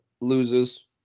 loses